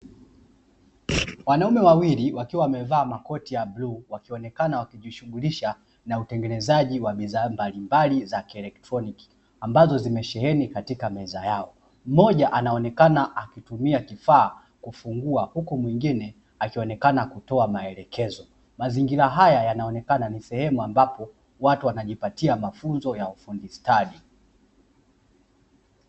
Wanaume wawili wakiwa wamevaa makoti ya blue wakionekana wakijishughulisha na utengenezaji wa bidhaa mbalimbali za kielektroniki ambazo zimesheheni katika meza yao, mmoja anaonekana akitumia kifaa kufungua huko mwingine akionekana kutoa maelekezo mazingira haya yanaonekana ni sehemu ambapo watu wanajipatia mafunzo ya ufundi stadi.